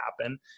happen